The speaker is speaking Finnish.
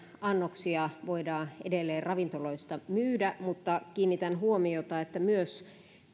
annoksia voidaan edelleen ravintoloista myydä mutta kiinnitän huomiota siihen että myös